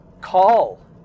call